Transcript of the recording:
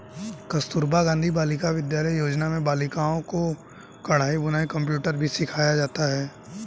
कस्तूरबा गाँधी बालिका विद्यालय योजना में बालिकाओं को कढ़ाई बुनाई कंप्यूटर भी सिखाया जाता है